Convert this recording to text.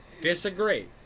Disagree